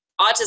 autism